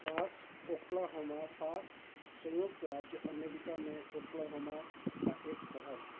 FOSS Oklahoma Foss सँयुक्त राज्य America में ओक्लाहोमा का एक शहर है